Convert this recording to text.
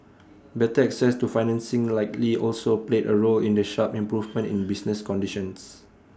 better access to financing likely also played A role in the sharp improvement in business conditions